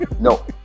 No